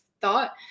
thought